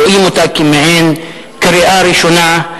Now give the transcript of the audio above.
ורואים אותה כמעין קריאה ראשונה.